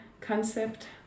concept